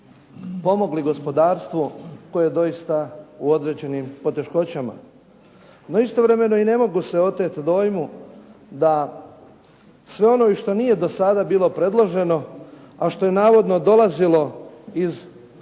pomogli gospodarstvu koje je doista u određenim poteškoćama. No istovremeno ne mogu se oteti dojmu da sve ono i što nije do sada bilo predloženo, a što je navodno dolazilo iz oporbenih